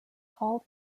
called